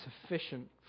sufficient